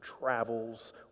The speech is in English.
travels